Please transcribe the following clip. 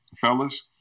fellas